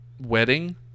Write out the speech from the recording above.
wedding